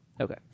Okay